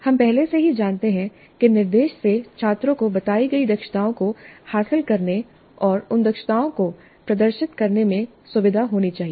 हम पहले से ही जानते हैं कि निर्देश से छात्रों को बताई गई दक्षताओं को हासिल करने और उन दक्षताओं को प्रदर्शित करने में सुविधा होनी चाहिए